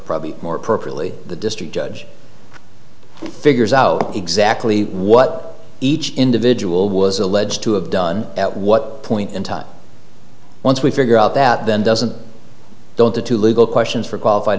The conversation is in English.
probably more properly the district judge figures out exactly what each individual was alleged to have done at what point in time once we figure out that then doesn't don't the two legal questions for qualified